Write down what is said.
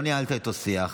לא ניהלת איתו שיח,